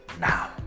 now